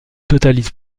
totalise